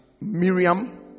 Miriam